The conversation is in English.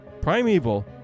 primeval